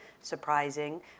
surprising